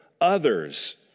others